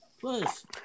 Plus